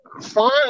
fine